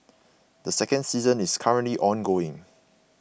the second season is currently ongoing